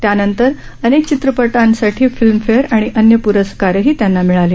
त्यानंतर अनेक चित्रपटांसाठी फिल्मफेअर आणि अन्य प्रस्कारही त्यांना मिळाले